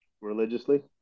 religiously